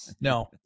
No